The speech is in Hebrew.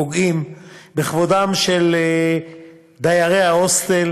פוגעים בכבודם של דיירי ההוסטל,